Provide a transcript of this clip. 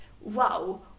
wow